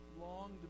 long